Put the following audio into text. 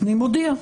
אני מודיע,